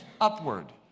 upward